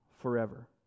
forever